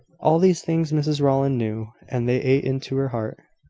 all these things mrs rowland knew and they ate into her heart.